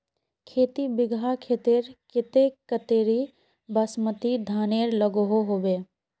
खेती बिगहा खेतेर केते कतेरी बासमती धानेर लागोहो होबे?